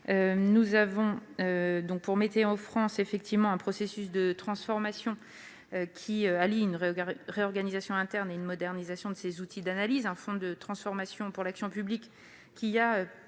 qui est dans un processus de transformation alliant une réorganisation interne et une modernisation de ses outils d'analyse. Un fonds de transformation pour l'action publique a